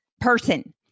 person